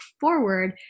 forward